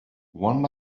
one